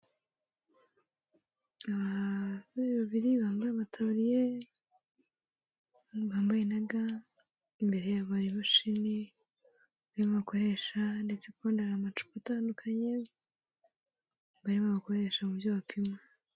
Abasore babiri bambaye amataburiye, bambaye na ga, imbere yabo hari imashini barimo bakoresha, ndetse ku rundi ruhande hari amacupa atandukanye barimo bakoresha mu byo bapima.